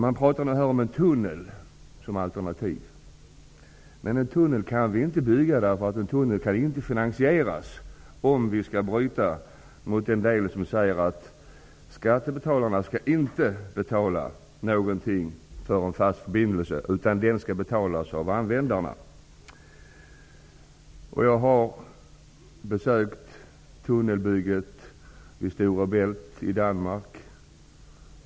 En tunnel har nämnts som alternativ. Men vi kan inte bygga en tunnel, därför att den kan inte finansieras. Vi får inte bryta mot regeln som säger att skattebetalarna inte skall betala någonting för en fast förbindelse, utan användarna skall betala den.